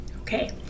Okay